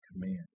command